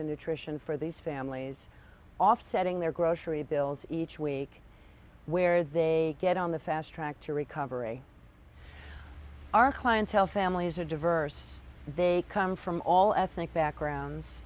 and nutrition for these families offsetting their grocery bills each week where they get on the fast track to recovery our clientele families are diverse they come from all ethnic backgrounds